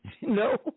No